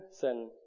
sin